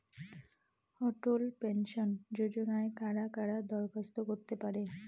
অটল pension যোজনায় কারা কারা দরখাস্ত করতে পারে?